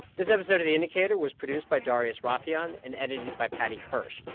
this episode of the indicator was produced by darius rafieyan and edited by paddy hirsch.